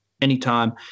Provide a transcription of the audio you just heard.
anytime